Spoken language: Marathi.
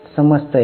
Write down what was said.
समजतय का